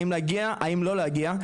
האם להגיע או לא להגיע,